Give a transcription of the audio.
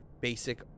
basic